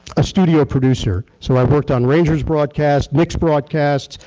a studio producer. so, i've worked on rangers broadcast, knicks broadcast,